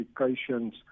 applications